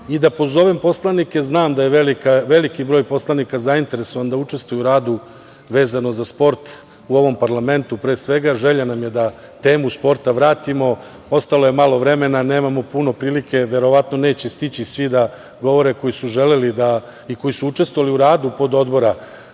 i da pozovem poslanike, znam da je veliki broj poslanika zainteresovan da učestvuje u radu vezano za sport u ovom parlamentu, pre svega, želja nam je da temu sporta vratimo. Ostalo je malo vremena, nemamo puno prilike, verovatno neće stići svi da govore koji su želeli i koji su učestvovali u radu Pododbora. Znači,